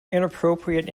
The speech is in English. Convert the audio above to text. inappropriate